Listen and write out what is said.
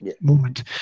moment